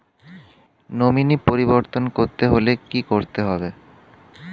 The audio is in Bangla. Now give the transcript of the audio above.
নমিনি পরিবর্তন করতে হলে কী করতে হবে?